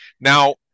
Now